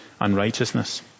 unrighteousness